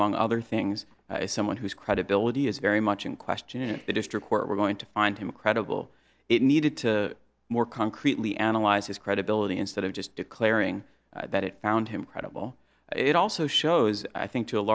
among other things someone whose credibility is very much in question in the district court we're going to find him credible it needed to more concretely analyze his credibility instead of just declaring that it found him credible it also shows i think to a